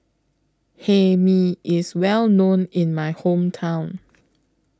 Hae Mee IS Well known in My Hometown